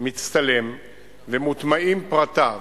מצטלם ומוטמעים פרטיו.